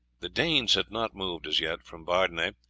the danes had not moved as yet from bardenay,